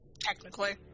Technically